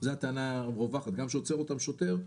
זאת הטענה הרווחת, גם כשעוצר אותם שוטר.